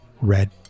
red